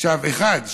בשלב הראשון, אחד.